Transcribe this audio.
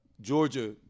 Georgia